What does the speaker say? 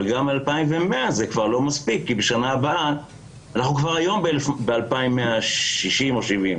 אבל גם 2,100 זה כבר לא מספיק כי אנחנו כבר היום ב-2,160 או 2,170,